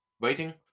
Waiting